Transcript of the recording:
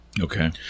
Okay